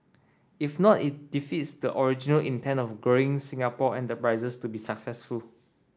if not it defeats the original intent of growing Singapore enterprises to be successful